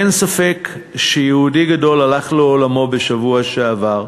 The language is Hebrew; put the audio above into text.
אין ספק שיהודי גדול הלך לעולמו בשבוע שעבר,